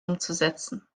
umzusetzen